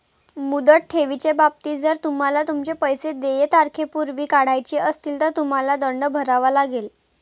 मुदत ठेवीच्या बाबतीत, जर तुम्हाला तुमचे पैसे देय तारखेपूर्वी काढायचे असतील, तर तुम्हाला दंड भरावा लागेल